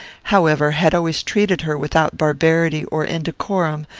however, had always treated her without barbarity or indecorum,